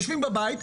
הם יושבים בבית,